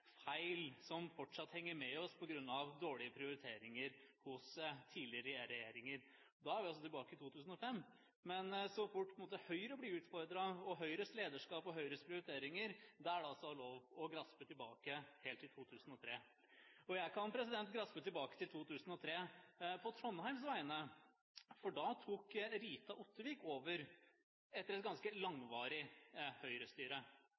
feil som fortsatt henger med oss på grunn av dårlige prioriteringer hos tidligere regjeringer. Da er vi altså tilbake i 2005. Men så fort Høyre blir utfordret – Høyres lederskap og Høyres prioriteringer – er det altså lov til å grafse tilbake, helt til 2003. Jeg kan på Trondheims vegne grafse tilbake til 2003, for da tok Rita Ottervik over etter et ganske